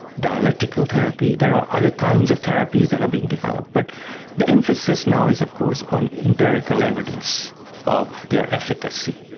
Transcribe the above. dialectical therapy, there are other kinds of therapies that are being developed. but the emphasis now is of course on empirical evidence of their efficacy,